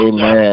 Amen